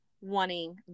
wanting